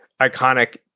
iconic